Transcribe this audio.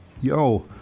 Yo